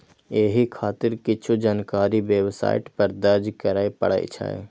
एहि खातिर किछु जानकारी वेबसाइट पर दर्ज करय पड़ै छै